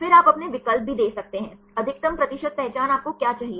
फिर आप अपने विकल्प भी दे सकते हैं अधिकतम प्रतिशत पहचान आपको क्या चाहिए